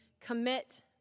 commit